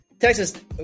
Texas